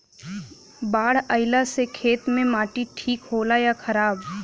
बाढ़ अईला से खेत के माटी ठीक होला या खराब?